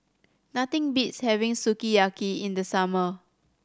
nothing beats having Sukiyaki in the summer